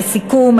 לסיכום,